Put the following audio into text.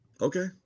Okay